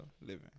Living